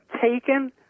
taken